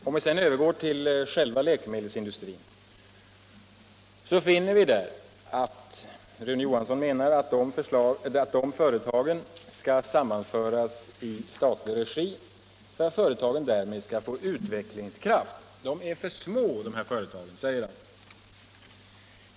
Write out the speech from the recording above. Om vi sedan övergår till själva läkemedelsindustrin finner vi att Rune Johansson menar att företag där skall sammanföras i statlig regi för att företagen därmed skall få utvecklingskraft. De är för små, säger han.